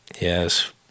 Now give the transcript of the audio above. Yes